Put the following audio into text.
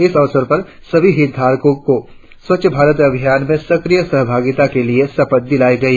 इस अवसर पर सभी हितधारको को स्वच्छ भारत अभियान में सक्रिय सहभागिता के लिए शपथ दिलाई गई